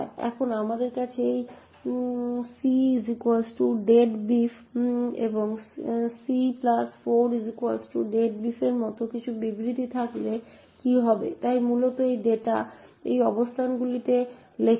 এখন আমাদের কাছে এই cdeadbeef এবং c4 deadbeef এর মত বিবৃতি থাকলে কি হবে তাই মূলত এই ডেটা এই অবস্থানগুলিতে লেখা হয়